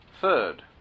Third